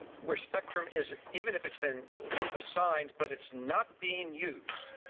where spectrum is even if it's been assigned but it's not being used,